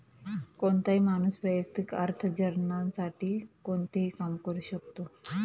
कोणताही माणूस वैयक्तिक अर्थार्जनासाठी कोणतेही काम करू शकतो